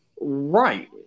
right